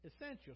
essential